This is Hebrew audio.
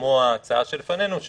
כמו ההצעה שלפנינו,